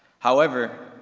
however,